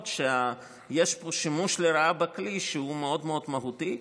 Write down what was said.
שיש פה שימוש לרעה בכלי שהוא מאוד מהותי.